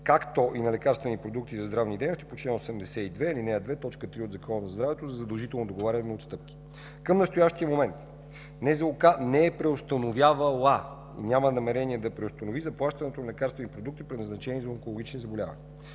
както и на лекарствени продукти за здравни дейности по чл. 82, ал. 2, т. 3 от Закона за здравето, за задължително договаряне на отстъпки. Към настоящия момент НЗОК не е преустановявала и няма намерение да преустанови заплащането на лекарствени продукти, предназначени за онкологични заболявания.